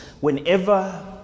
whenever